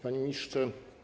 Panie Ministrze!